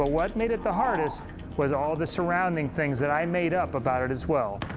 ah what made it the hardest was all the surrounding things that i made up about it as well.